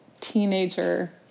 teenager